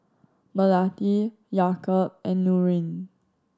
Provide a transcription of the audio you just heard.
Melati Yaakob and Nurin